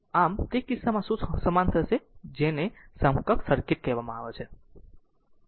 આમ તે કિસ્સામાં શું સમાન હશે જેને સમકક્ષ સર્કિટ કહે છે